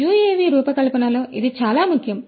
కాబట్టి యుఎవి రూపకల్పనలో ఇది చాలా ముఖ్యం